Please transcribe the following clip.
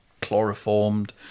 chloroformed